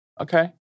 Okay